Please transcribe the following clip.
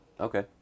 Okay